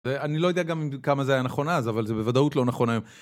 אני לא יודע גם כמה זה היה נכון אז, אבל זה בוודאות לא נכון היום.